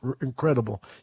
incredible